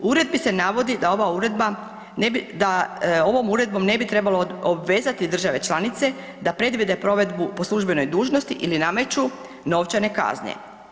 U uredbi se navodi da ovom uredbom ne bi trebalo obvezati države članice da predvide provedbu po službenoj dužnosti ili nameću novčane kazne.